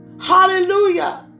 Hallelujah